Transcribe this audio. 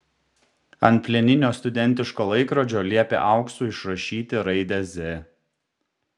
ant plieninio studentiško laikrodžio liepė auksu išrašyti raidę z